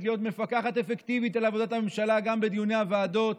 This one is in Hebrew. להיות מפקחת אפקטיבית על עבודת הממשלה גם בדיוני הוועדות,